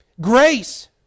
grace